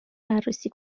بررسی